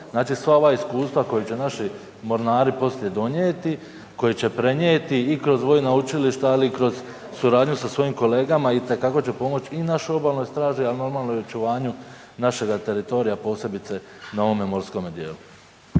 znači sva ova iskustva koja će naši mornari poslije donijeti, koji će prenijeti i kroz vojna učilišta ali i kroz suradnju sa svojim kolegama itekako će pomoći i našoj obalnoj straži, a normalno i očuvanju našega teritorija posebice na ovome morskom dijelu.